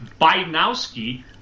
Bidenowski